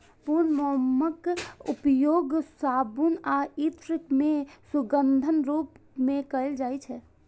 पूर्ण मोमक उपयोग साबुन आ इत्र मे सुगंधक रूप मे कैल जाइ छै